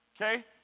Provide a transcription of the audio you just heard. Okay